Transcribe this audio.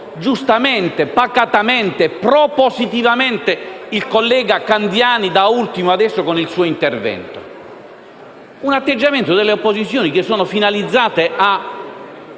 giustamente, pacatamente e propositivamente il collega Candiani da ultimo con il suo intervento: l'atteggiamento delle opposizioni è finalizzato a